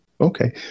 Okay